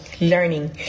learning